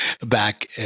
back